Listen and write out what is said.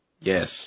Yes